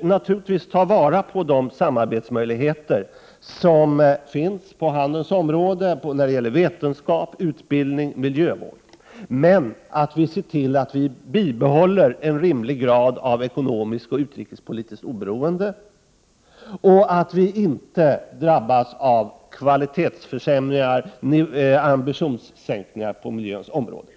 naturligtvis tar till vara de samarbetsmöjligheter som finns på handelsområdet och när det gäller vetenskap, utbildning och miljövård, men att vi ser till att vi bibehåller en rimlig grad av ekonomiskt och utrikespolitiskt oberoende och att vi inte drabbas av kvalitetsförsämringar och ambitionssänkningar på miljöområdet.